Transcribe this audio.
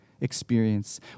experience